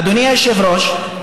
אדוני היושב-ראש,